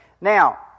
Now